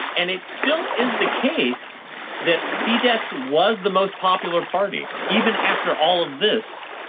and it still is the case that fidesz was the most popular party, even after all of this,